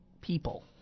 people